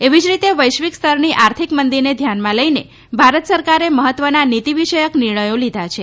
એવી જ રીતે વૈશ્વિક સ્તરની આર્થિક મંદીને ધ્યાનમાં લઈને ભારત સરકારે મહત્વના નીતીવિષયક નિર્ણયો લીધા છે